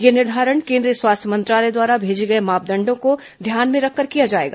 यह निर्धारण केंद्रीय स्वास्थ्य मंत्रालय द्वारा भेजे गए मापदंडों को ध्यान में रखकर किया जाएगा